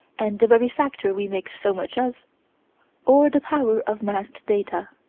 and the very factor we make so much of or the power of massed data.